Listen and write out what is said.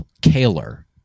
Kaler